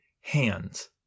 hands